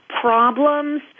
problems